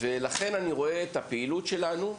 ולכן אני רואה את הפעילות שלנו,